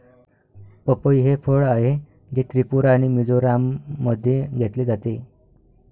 पपई हे फळ आहे, जे त्रिपुरा आणि मिझोराममध्ये घेतले जाते